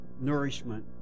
nourishment